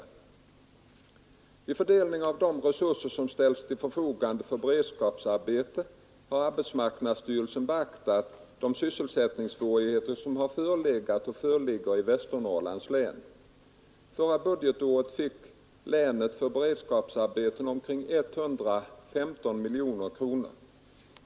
Vid fördelningen av de resurser som ställts till förfogande för beredskapsarbeten har arbetsmarknadsstyrelsen beaktat de sysselsättningssvårigheter som har förelegat och föreligger i Västernorrlands län. Förra budgetåret fick länet för beredskapsarbeten omkring 115 miljoner kronor.